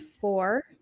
four